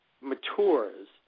matures